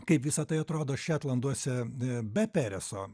kaip visa tai atrodo šetlanduose e be pereso